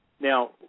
Now